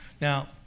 Now